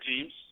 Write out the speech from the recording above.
teams